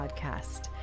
podcast